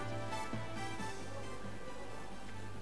לפתוח את ישיבת הכנסת.